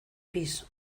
pis